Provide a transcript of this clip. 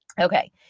Okay